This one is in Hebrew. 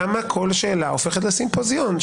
למה כל שאלה הופכת לסימפוזיון,